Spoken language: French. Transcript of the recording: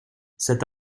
cet